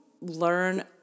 learn